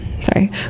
sorry